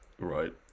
right